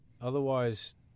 Otherwise